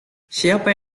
siapa